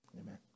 Amen